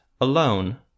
alone